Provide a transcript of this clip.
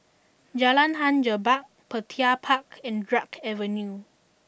Jalan Hang Jebat Petir Park and Drake Avenue